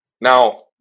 Now